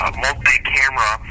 multi-camera